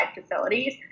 facilities